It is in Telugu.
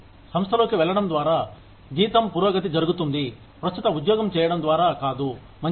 సంస్థలోకి వెళ్లడం ద్వారా జీతం పురోగతి జరుగుతుంది ప్రస్తుత ఉద్యోగం చేయడం ద్వారా కాదు మంచిది